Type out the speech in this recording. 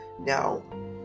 Now